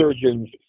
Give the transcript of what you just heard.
surgeons